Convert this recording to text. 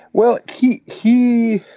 well he he